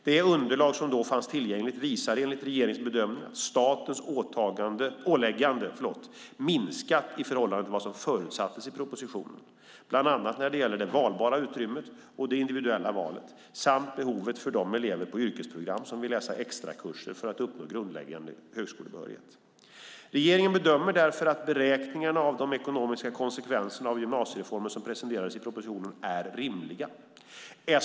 Det underlag som då fanns tillgängligt visar enligt regeringens bedömning att statens åläggande minskat i förhållande till vad som förutsattes i propositionen, bland annat när det gäller det valbara utrymmet och det individuella valet samt behovet för de elever på yrkesprogram som vill läsa extrakurser för att uppnå grundläggande högskolebehörighet. Regeringen bedömer därför att beräkningarna av de ekonomiska konsekvenserna av gymnasiereformen som presenterades i propositionen är rimliga.